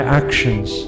actions